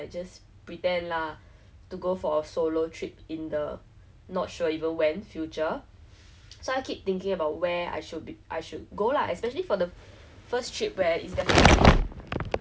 like I feel like if you show me any country now also said I want to go now is the time when I just want to go and like explore ah 看看风景 ah just want to do and see everything maybe is the age thing